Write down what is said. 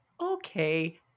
okay